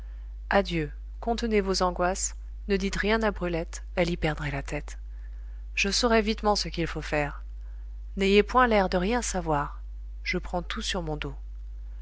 adieu contenez vos angoisses ne dites rien à brulette elle y perdrait la tête je saurai vitement ce qu'il faut faire n'ayez point l'air de rien savoir je prends tout sur mon dos